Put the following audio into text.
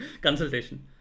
consultation